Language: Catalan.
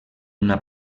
una